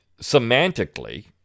semantically